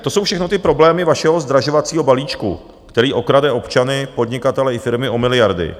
To jsou všechno ty problémy vašeho zdražovacího balíčku, který okrade občany, podnikatele i firmy o miliardy.